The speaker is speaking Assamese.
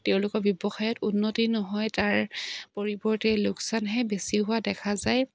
তেওঁলোকৰ ব্যৱসায়ত উন্নতি নহয় তাৰ পৰিৱৰ্তে লোকচানহে বেছি হোৱা দেখা যায়